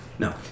No